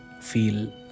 feel